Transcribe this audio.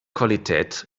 qualität